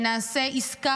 שנעשה עסקה